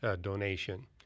donation